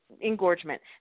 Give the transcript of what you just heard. engorgement